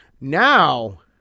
Now